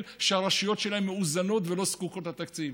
שהרשויות שלהם מאוזנות ולא זקוקות לתקציב.